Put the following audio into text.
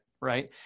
right